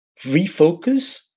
refocus